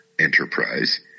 enterprise